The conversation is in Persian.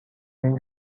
این